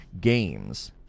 games